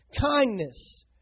kindness